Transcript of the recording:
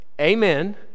Amen